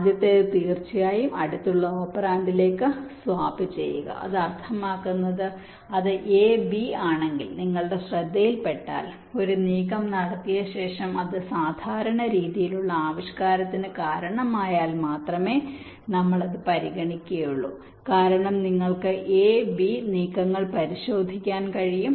ആദ്യത്തേത് തീർച്ചയായും അടുത്തുള്ള ഓപ്പറാൻഡിലേക്ക് സ്വാപ്പ് ചെയ്യുക അത് അർത്ഥമാക്കുന്നത് അത് എബി ആണെങ്കിൽ നിങ്ങളുടെ ശ്രദ്ധയിൽപ്പെട്ടാൽ ഒരു നീക്കം നടത്തിയ ശേഷം അത് സാധാരണ രീതിയിലുള്ള ആവിഷ്കാരത്തിന് കാരണമായാൽ മാത്രമേ നമ്മൾ അത് പരിഗണിക്കുകയുള്ളൂ കാരണം നിങ്ങൾക്ക് a b നീക്കങ്ങൾ പരിശോധിക്കാൻ കഴിയും